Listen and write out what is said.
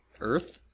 Earth